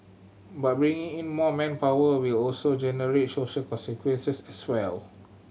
but bringing in more manpower will also generate social consequences as well